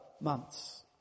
months